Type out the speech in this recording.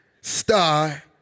star